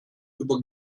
über